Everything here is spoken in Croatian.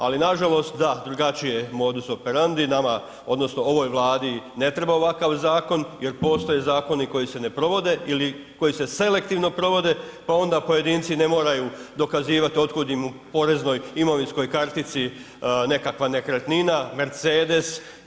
Ali nažalost, da, drugačije je modus operandi, nama odnosno ovoj Vladi ne treba ovakav zakon jer postoje zakoni koji se ne provode ili koji se selektivno provode, pa onda pojedinci ne moraju dokazivati otkud im u poreznoj imovinskoj kartici nekakva nekretnina, Mercedes [[Upadica: Hvala]] ili kuća.